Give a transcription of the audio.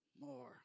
more